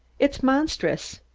it's monstrous.